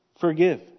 Forgive